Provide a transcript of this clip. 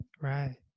Right